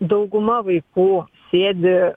dauguma vaikų sėdi